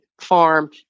farm